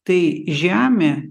tai žemė